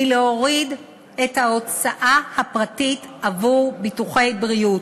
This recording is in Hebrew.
להוריד את ההוצאה הפרטית עבור ביטוחי בריאות.